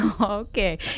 Okay